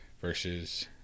versus